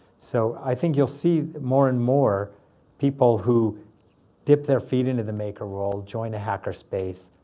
so i think you'll see more and more people who dip their feet into the maker world, join a hackerspace,